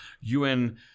UN